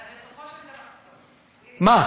הרי בסופו של דבר, מה?